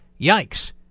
yikes